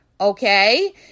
Okay